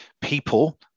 people